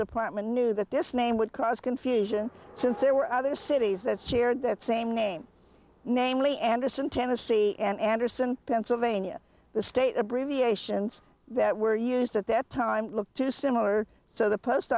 department knew that this name would cause confusion since there were other cities that shared that same name namely anderson tennessee and anderson pennsylvania the state abbreviations that were used at that time look too similar so the post